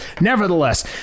Nevertheless